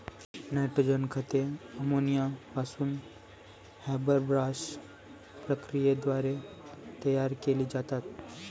nitrogen खते ammonia पासून Haber Bosch प्रक्रियेद्वारे तयार केली जातात